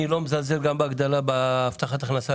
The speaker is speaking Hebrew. ואני לא מזלזל בהגדלה של קצבאות הבטחת הכנסה,